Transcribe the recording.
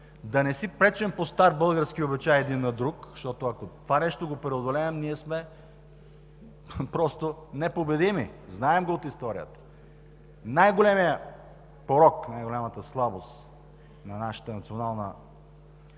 да не си пречим, по стар български обичай, един на друг, защото, ако преодолеем това, ние сме просто непобедими. Знаем го от историята. Най-големият порок, най-голямата слабост на нашия национален